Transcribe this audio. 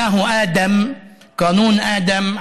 ראשית,